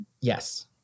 Yes